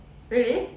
really